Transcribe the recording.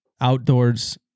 outdoors